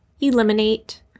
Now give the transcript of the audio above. eliminate